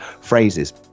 phrases